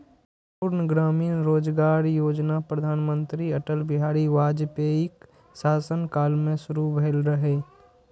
संपूर्ण ग्रामीण रोजगार योजना प्रधानमंत्री अटल बिहारी वाजपेयीक शासन काल मे शुरू भेल रहै